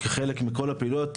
חלק מכל הפעילויות,